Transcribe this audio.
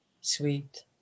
sweet